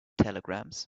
telegrams